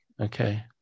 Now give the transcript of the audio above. Okay